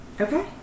Okay